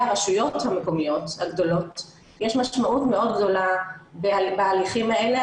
הרשויות המקומיות הגדולות יש משמעות מאוד גדולה בהליכים האלה.